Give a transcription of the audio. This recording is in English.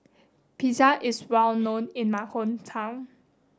pizza is well known in my hometown